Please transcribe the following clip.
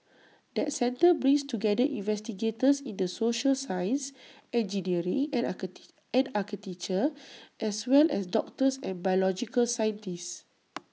that centre brings together investigators in the social sciences engineering and and architecture as well as doctors and biological scientists